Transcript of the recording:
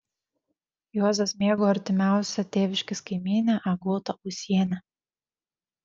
juozas mėgo artimiausią tėviškės kaimynę agotą ūsienę